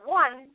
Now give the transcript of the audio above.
one